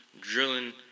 Drilling